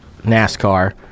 NASCAR